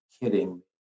kidding